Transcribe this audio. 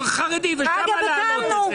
אבל לא עשית את זה.